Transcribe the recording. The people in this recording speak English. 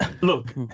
look